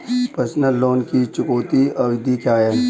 Personal loan की चुकौती अवधि क्या है?